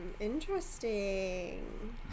interesting